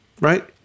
right